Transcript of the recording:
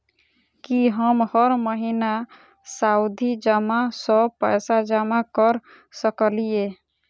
की हम हर महीना सावधि जमा सँ पैसा जमा करऽ सकलिये?